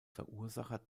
verursacher